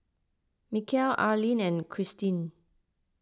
Mikel Arlyne and Christeen